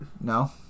No